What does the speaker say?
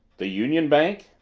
the union bank?